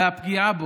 והפגיעה בה